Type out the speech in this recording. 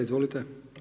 Izvolite.